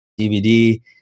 DVD